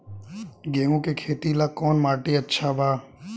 गेहूं के खेती ला कौन माटी अच्छा बा?